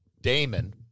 Damon